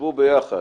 תשבו ביחד,